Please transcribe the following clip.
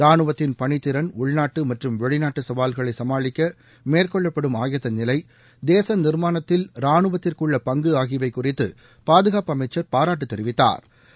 ரானுவத்தின் பணித்திறன் உள்நாட்டு மற்றும் வெளிநாட்டு சவால்களை சமாளிக்க மேற்கொள்ளப்படும் ஆயத்தநிலை தேச நிா்மானத்தில் ரானுவத்திற்குள்ள பங்கு ஆகியவை குறித்து பாதுகாப்பு அமைச்சர் பாராட்டு தெரிவித்தாா்